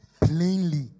plainly